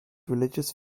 religious